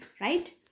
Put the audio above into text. right